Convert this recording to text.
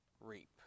reap